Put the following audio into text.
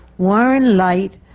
warren leight,